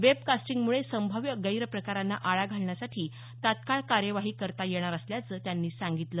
वेबकास्टिंगमुळे संभाव्य गैरप्रकारांना आळा घालण्यासाठी तात्काळ कार्यवाही करता येणार असल्याचं त्यांनी सांगितलं